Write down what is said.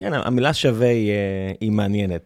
המילה שווה היא מעניינת.